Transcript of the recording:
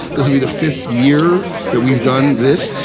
this'll be the fifth year that we've done this.